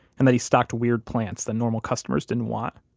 and that he stocked weird plants that normal customers didn't want